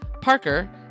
Parker